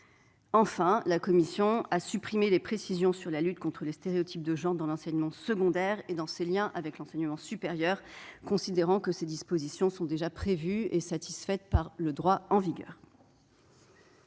Enfin, la commission a supprimé du texte les précisions sur la lutte contre les stéréotypes de genre dans l'enseignement secondaire et dans ses liens avec l'enseignement supérieur, considérant que toutes ces dispositions étaient déjà satisfaites par le droit en vigueur.